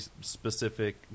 specific